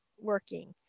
working